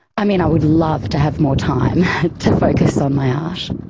i mean i would love to have more time to focus on my art.